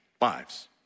lives